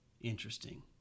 Interesting